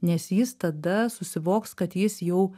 nes jis tada susivoks kad jis jau